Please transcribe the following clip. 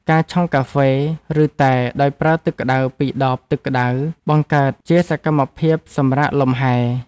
ការឆុងកាហ្វេ ឬតែដោយប្រើទឹកក្តៅពីដបទឹកក្តៅ បង្កើតជាសកម្មភាពសម្រាកលម្ហែ។